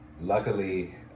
Luckily